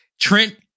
Trent